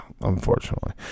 unfortunately